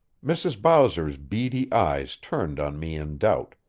mrs. bowser's beady eyes turned on me in doubt,